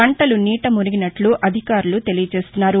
పంటలు నీట మునిగినట్లు అధికారులు తెలియచేస్తున్నారు